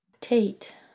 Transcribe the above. Tate